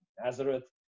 Nazareth